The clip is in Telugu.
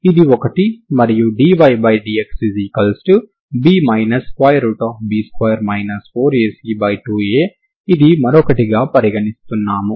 ఇది ఒకటి మరియు dydxB B2 4AC2A ఇది మరొకటి గా పరిగణిస్తున్నాము